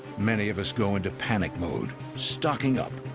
many of us go into panic mode, stocking up